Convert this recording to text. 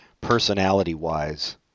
personality-wise